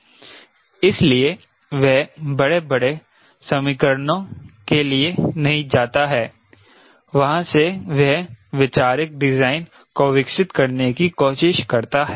इसलिए वह बड़े बड़े समीकरणों के लिए नहीं जाता है वहां से वह वैचारिक डिजाइन को विकसित करने की कोशिश करता है